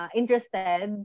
interested